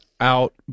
out